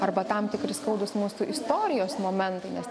arba tam tikri skaudūs mūsų istorijos momentai nes